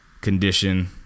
condition